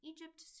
Egypt